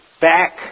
back